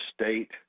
State